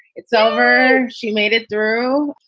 it's over. she made it through.